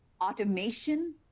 automation